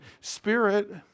spirit